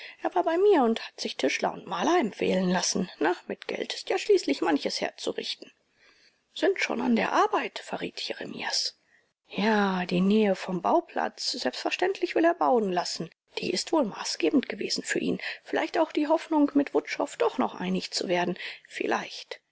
er war bei mir und hat sich tischler und maler empfehlen lassen na mit geld ist ja schließlich manches herzurichten sind schon an der arbeit verriet jeremias ja die nähe vom bauplatz selbstverständlich will er bauen lassen die ist wohl maßgebend gewesen für ihn vielleicht auch die hoffnung mit wutschow doch noch einig zu werden vielleicht